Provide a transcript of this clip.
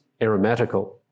aromatical